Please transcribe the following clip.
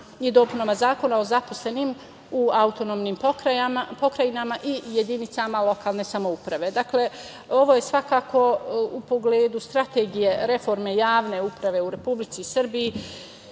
i dopunama Zakona o zaposlenim u autonomnim pokrajinama i jedinicama lokalne samouprave. Dakle, ovo je svakako u pogledu strategije reforme javne uprave u Republici Srbiji